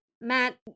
Matt